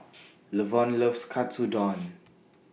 Lavon loves Katsudon